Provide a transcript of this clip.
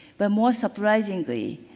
but more surprisingly,